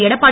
Edappadi